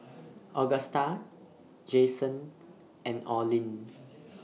Agusta Jayson and Orlin